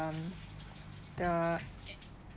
um the